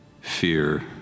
fear